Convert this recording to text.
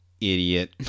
idiot